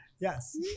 Yes